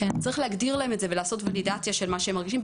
צריך להגדיר להם את זה ולעשות ולידציה של מה שהם מרגישים,